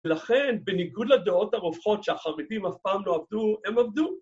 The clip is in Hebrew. ‫לכן, בניגוד לדעות הרווחות ‫שהחרדים אף פעם לא עבדו, הם עבדו.